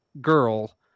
girl